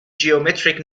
geometric